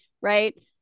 Right